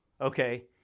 okay